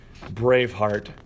Braveheart